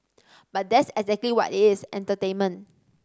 but that's exactly what it is entertainment